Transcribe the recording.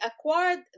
acquired